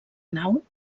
nau